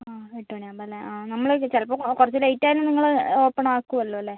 ആ എട്ട് മണി ആവുമ്പം അല്ലേ ആ നമ്മൾ ചിലപ്പോൾ കുറച്ച് ലേറ്റ് ആയാലും നിങ്ങൾ ഓപ്പൺ ആക്കുമല്ലോ അല്ലേ